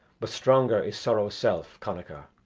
but stronger is sorrow's self, connachar.